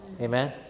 Amen